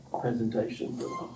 presentation